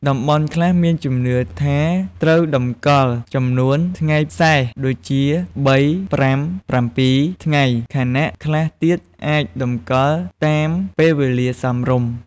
តំបន់ខ្លះមានជំនឿថាត្រូវតម្កល់ចំនួនថ្ងៃសេស ដូចជា ៣, ៥, ៧ ថ្ងៃ ខណៈខ្លះទៀតអាចតម្កល់តាមពេលវេលាសមរម្យ។